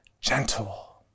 gentle